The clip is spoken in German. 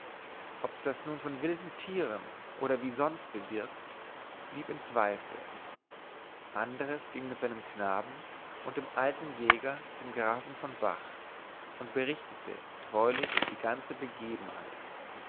ob das nun von wilden tieren oder wie sonst bewirkt blieb in zweifel andres ging mit seinem knaben und dem alten jäger zum grafen von vach und berichtete treulich die ganze begebenheit